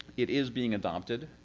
it is being adopted.